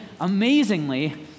amazingly